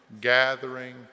gathering